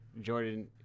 Jordan